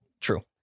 True